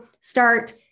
start